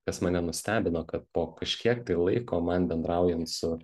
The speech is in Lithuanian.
kas mane nustebino kad po kažkiek tai laiko man bendraujant su